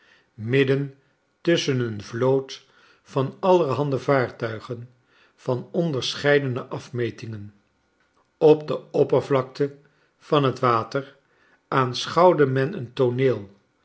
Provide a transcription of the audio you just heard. midden tusschen een vloot van alierhande vaaxtuigen van onderscheidene afmetingen op de oppervlakte van het water aanschouwde men een tooneel